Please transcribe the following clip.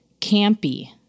campy